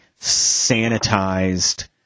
sanitized